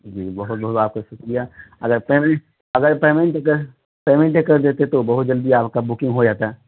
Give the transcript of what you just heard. جی بہت بہت آپ کا شکریہ اگر پیمنٹ اگر پیمنٹ کر پیمنٹ کر دیتے تو بہت جلدی آپ کا بکنگ ہوجاتا